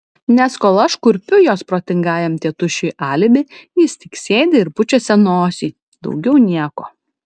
nes kol aš kurpiu jos protingajam tėtušiui alibi jis tik sėdi ir pučiasi nosį daugiau nieko